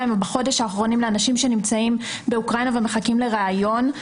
האחרון לאנשים שנמצאים באוקראינה ומחכים לריאיון.